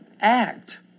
act